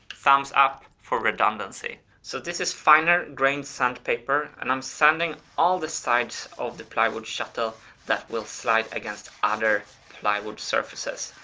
thumbs up for redundancy! so this is finer grain sandpaper and i'm sanding all the sides of the plywood shuttle that will slide against other plywood surfaces.